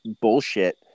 bullshit